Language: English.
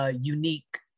unique